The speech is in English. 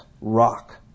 rock